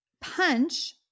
punch